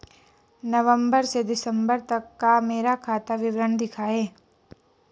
नवंबर से दिसंबर तक का मेरा खाता विवरण दिखाएं?